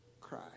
cry